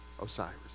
Osiris